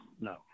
no